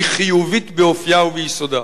היא חיובית באופיה וביסודה.